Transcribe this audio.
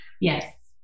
yes